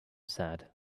sad